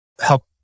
help